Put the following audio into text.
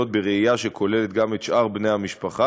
בראייה שכוללת גם את שאר בני המשפחה,